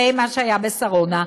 ראה מה שהיה בשרונה.